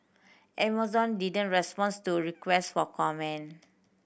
Amazon didn't responds to requests for comment